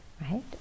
Right